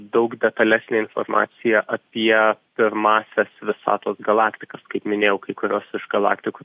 daug detalesnė informacija apie pirmąsias visatos galaktikas kaip minėjau kai kurios iš galaktikų